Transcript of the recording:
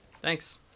Thanks